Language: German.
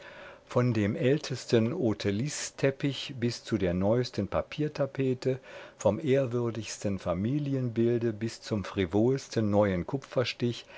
von dem ältesten hautelisseteppich bis zu der neusten papiertapete vom ehrwürdigsten familienbilde bis zum frivolsten neuen kupferstich